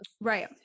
Right